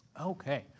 Okay